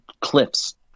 cliffs